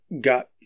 got